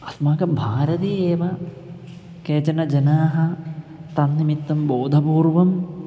अस्माकं भारतीयाः एव केचन जनाः तन्निमित्तं बोधपूर्वम्